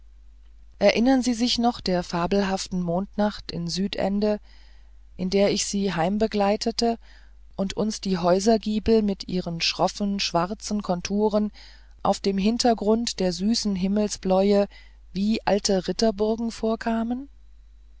erinnern sie sich noch der fabelhaften mondnacht in südende in der ich sie heimbegleitete und uns die häusergiebel mit ihren schroffen schwarzen konturen auf dem hintergrund der süßen himmelsbläue wie alte ritterburgen vorkamen